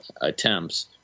attempts